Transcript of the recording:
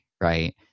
right